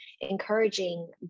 encouraging